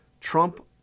Trump